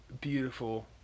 beautiful